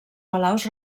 palaus